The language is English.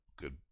good